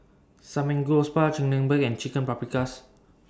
Samgeyopsal Chigenabe and Chicken Paprikas